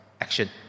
action